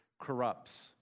corrupts